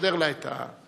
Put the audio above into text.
תסדר לה את המקרופון.